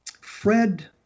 Fred